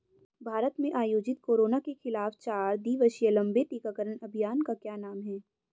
भारत में आयोजित कोरोना के खिलाफ चार दिवसीय लंबे टीकाकरण अभियान का क्या नाम है?